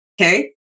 Okay